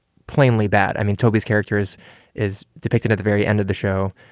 plainly bad. i mean, toby's characters is depicted at the very end of the show,